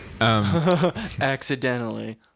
Accidentally